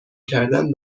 کردن